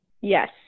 Yes